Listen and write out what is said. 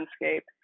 landscape